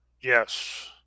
Yes